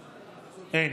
אין.